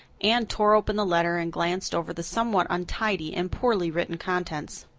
anne tore open the letter and glanced over the somewhat untidy and poorly written contents.